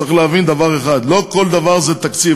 צריך להבין דבר אחד: לא כל דבר זה תקציב.